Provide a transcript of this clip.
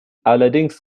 allerdings